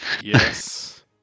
Yes